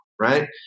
right